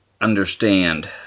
understand